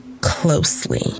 closely